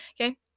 Okay